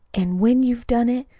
and when you have done it,